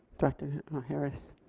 director harris.